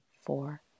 four